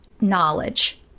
knowledge